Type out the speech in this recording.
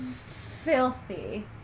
filthy